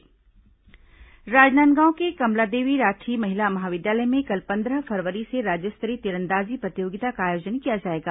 खेल समाचार राजनांदगांव के कमलादेवी राठी महिला महाविद्यालय में कल पंद्रह फरवरी से राज्य स्तरीय तीरंदाजी प्रतियोगिता का आयोजन किया जाएगा